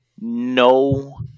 no